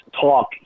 talk